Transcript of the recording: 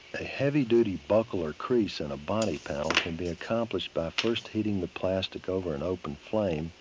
a heavy-duty buckle or crease in a body panel can be accomplished by first heating the plastic over an open flame,